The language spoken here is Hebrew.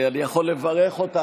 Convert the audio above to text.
אני יכול לברך אותך,